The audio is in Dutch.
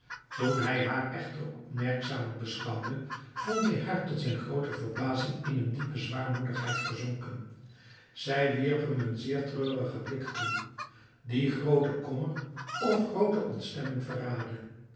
toen hij haar echter opmerkzamer beschouwde vond hij haar tot zijn groote verbazing in een diepe zwaarmoedigheid verzonken zij wierp hem een zeer treurigen blik toe die grooten kommer of groote ontstemming verraadde